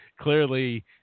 clearly